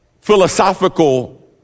philosophical